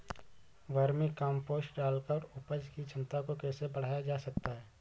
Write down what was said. Vermi compost डालकर उपज की क्षमता को कैसे बढ़ाया जा सकता है?